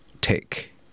take